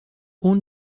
اون